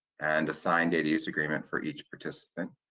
and a signed data use agreement for each participant.